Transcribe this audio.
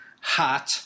hot